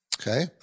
Okay